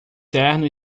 terno